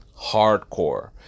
hardcore